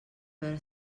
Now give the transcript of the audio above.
veure